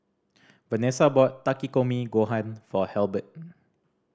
Venessa bought Takikomi Gohan for Halbert